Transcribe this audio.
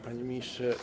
Panie Ministrze!